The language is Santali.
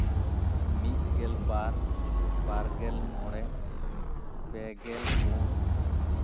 ᱢᱤᱫ ᱜᱮᱞ ᱵᱟᱨ ᱵᱟᱨ ᱜᱮᱞ ᱢᱚᱬᱮ ᱯᱮᱜᱮᱞ ᱯᱩᱱ